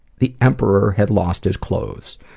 the emperor had lost his clothes.